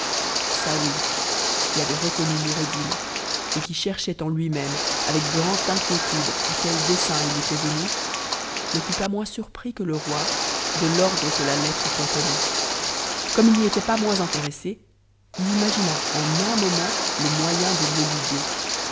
saouy qui avait reconnu noureddin et qui cherchait en lui-même avec grande inquiétude à quel dessein it était venu ne fut pas moins surpris que le roi de l'ordre que la lettre contenait comme i n'y était pas moins intéressé it imagina en un moment le moyen de l'éluder